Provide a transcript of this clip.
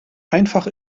einfach